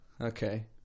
Okay